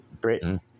britain